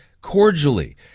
cordially